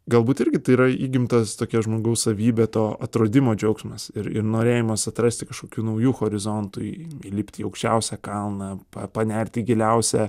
galbūt irgi tai yra įgimtas tokia žmogaus savybė to atradimo džiaugsmas ir ir norėjimas atrasti kažkokių naujų horizontų į įlipti į aukščiausią kalną pa panerti į giliausią